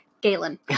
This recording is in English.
Galen